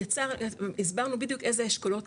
הסברנו בדיוק איזה אשכולות,